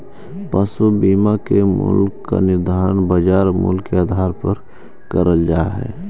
पशु बीमा के मूल्य का निर्धारण बाजार मूल्य के आधार पर करल जा हई